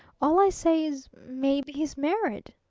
all i say is maybe he's married.